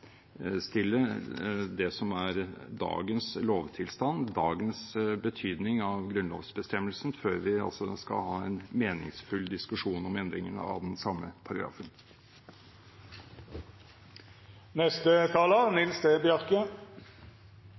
det som er dagens lovtilstand, dagens betydning av grunnlovsbestemmelsen, før vi skal ha en meningsfull diskusjon om endringene av den samme